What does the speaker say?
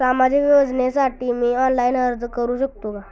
सामाजिक योजनेसाठी मी ऑनलाइन अर्ज करू शकतो का?